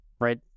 right